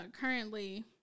currently